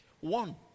one